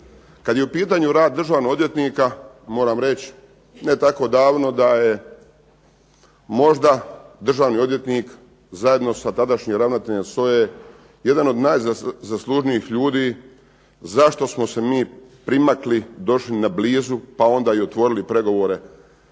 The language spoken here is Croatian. Kada je u pitanju rad državnih odvjetnika moram reći ne tako davno da je možda državni odvjetnik zajedno sa tadašnjim ravnateljem SOA-e jedan od najzaslužnijih ljudi zašto smo se mi primakli, došli na blizu, pa onda i otvorili pregovore